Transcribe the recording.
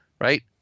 Right